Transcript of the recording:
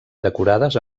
decorades